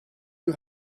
you